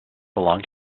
belong